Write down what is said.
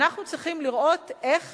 אנחנו צריכים לראות איך